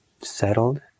settled